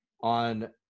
on –